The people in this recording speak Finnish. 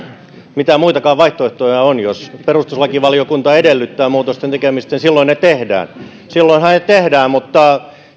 mitä muitakaan vaihtoehtoja on jos perustuslakivaliokunta edellyttää muutosten tekemistä niin silloin ne tehdään silloinhan ne tehdään mutta